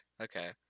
okay